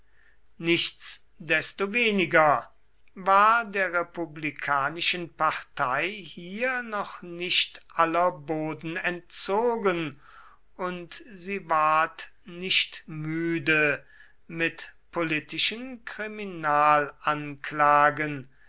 nichtsdestoweniger war der republikanischen partei hier noch nicht aller boden entzogen und sie ward nicht müde mit politischen